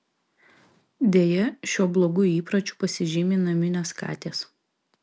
deja šiuo blogu įpročiu pasižymi naminės katės